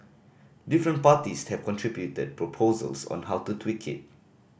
different parties have contributed proposals on how to tweak it